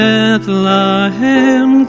Bethlehem